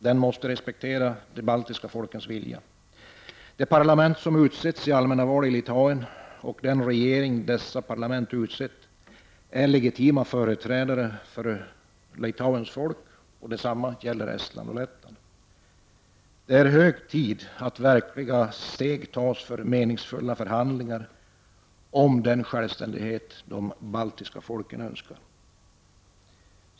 Den måste respektera de baltiska folkens vilja. Det parlament som utsetts genom allmänna val i Litauen och den regering detta parlament utsett är legitima företrädare för Litauens folk, och detsamma gäller för Estland och Lettland. Det är hög tid att verkliga steg tas för meningsfulla förhandlingar om den självständighet de baltiska folken önskar.